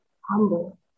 Humble